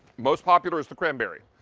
most popular is the cranberry.